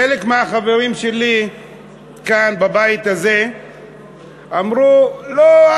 חלק מהחברים שלי כאן בבית הזה אמרו: לא,